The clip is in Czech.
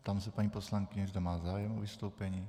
Ptám se paní poslankyně, zda má zájem o vystoupení.